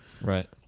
Right